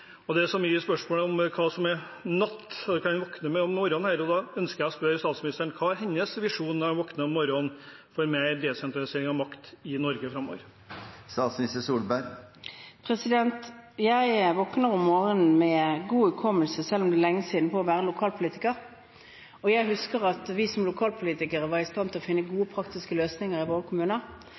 Det er mange spørsmål om natt og hvilke tanker en våkner med om morgenen, og da ønsker jeg å spørre statsministeren: Hva er hennes visjon når hun våkner om morgenen, for mer desentralisering av makt i Norge framover? Jeg våkner om morgenen med god hukommelse – selv om det er lenge siden – på det å være lokalpolitiker. Og jeg husker at vi som lokalpolitikere var i stand til å finne gode, praktiske løsninger i våre kommuner.